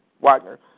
Wagner